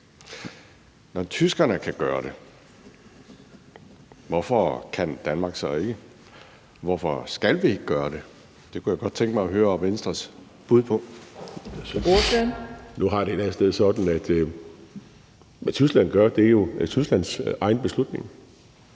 Når tyskerne kan gøre det, hvorfor kan Danmark så ikke? Hvorfor skal vi ikke gøre det? Det kunne jeg godt tænke mig at høre Venstres bud på. Kl. 20:07 Fjerde næstformand (Karina Adsbøl): Ordføreren. Kl. 20:07 Lars Christian